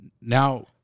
now